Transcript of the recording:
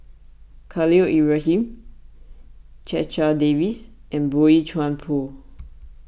Khalil Ibrahim Checha Davies and Boey Chuan Poh